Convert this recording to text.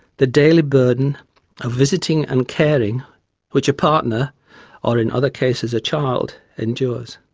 the daily burden of visiting and caring which a partner or, in other cases, a child endures.